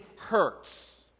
hurts